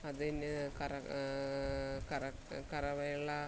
അതിന് കറ കറ കറവയുള്ള